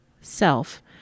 self